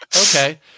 Okay